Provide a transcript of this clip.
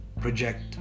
Project